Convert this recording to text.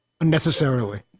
unnecessarily